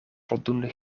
voldoende